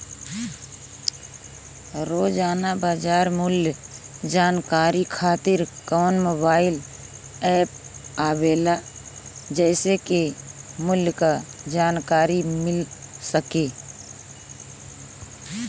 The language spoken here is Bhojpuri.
रोजाना बाजार मूल्य जानकारी खातीर कवन मोबाइल ऐप आवेला जेसे के मूल्य क जानकारी मिल सके?